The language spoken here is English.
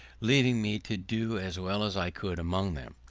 leaving me to do as well as i could among them.